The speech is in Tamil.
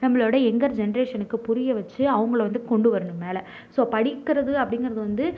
நம்மளோடய எங்கர் ஜென்ரேஷனுக்கு புரிய வெச்சு அவங்கள வந்து கொண்டு வரணும் மேலே ஸோ படிக்கிறது அப்படிங்கிறது வந்து